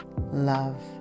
love